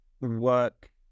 work